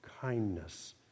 kindness